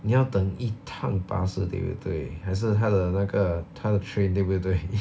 你要等一趟巴士对不对还是他的那个他的 train 对不对